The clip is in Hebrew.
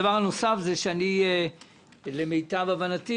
דבר נוסף, למיטב הבנתי